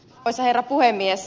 arvoisa herra puhemies